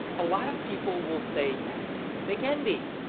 a lot of people will say yes, they can be.